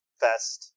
fest